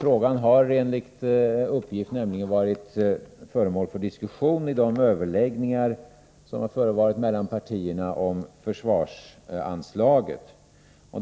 Frågan har nämligen enligt uppgift varit föremål för diskussion i de överläggningar som har förevarit mellan partierna om försvarsanslaget.